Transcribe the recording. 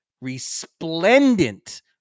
resplendent